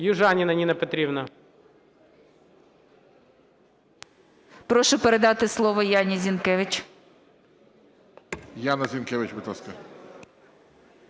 Южаніна Ніна Петрівна.